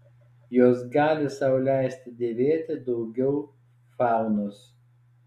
jos gali sau leisti dėvėti daugiau faunos